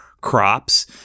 crops